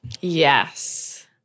Yes